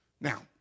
Now